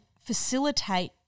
facilitate